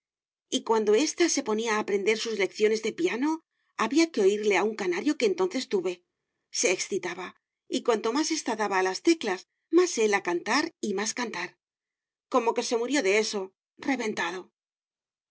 y cuando ésta se ponía a aprender sus lecciones de piano había que oirle a un canario que entonces tuve se excitaba y cuanto más ésta daba a las teclas más él a cantar y más cantar como que se murió de eso reventado